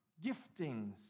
giftings